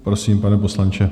Prosím, pane poslanče.